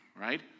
right